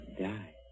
die